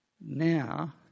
now